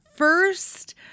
First